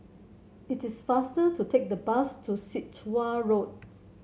it is faster to take the bus to Sit Wah Road